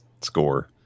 score